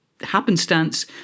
happenstance